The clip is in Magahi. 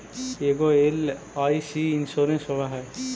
ऐगो एल.आई.सी इंश्योरेंस होव है?